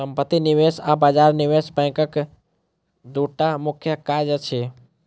सम्पत्ति निवेश आ बजार निवेश बैंकक दूटा मुख्य काज अछि